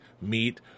meet